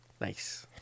Nice